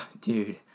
dude